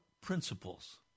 principles